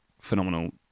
Phenomenal